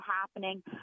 happening